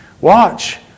Watch